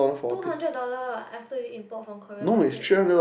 two hundred dollar [what] after you import from Korea market